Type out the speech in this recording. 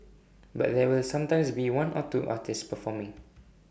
but there will sometimes be one or two artists performing